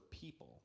people